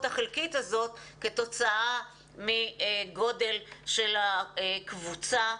החלקית הזאת כתוצאה מגודל של הקבוצה.